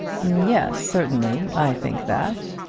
yes, certainly i think that,